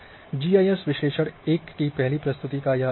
GIS विश्लेषण 1 की पहली प्रस्तुति का यह अंत है